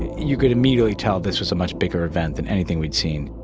and you could immediately tell this was a much bigger event than anything we'd seen